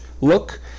look